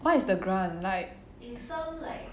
what is the grant like